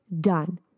done